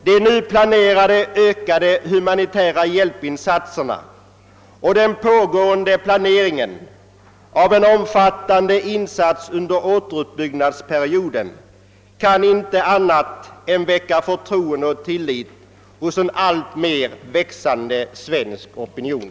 De nu planerade ökade humanitära hjälpinsatserna och den pågående planeringen av en omfattande insats under återuppbyggnadsperioden kan inte väcka annat än förtroende och tillit hos en alltmera växande svensk opinion.